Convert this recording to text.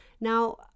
Now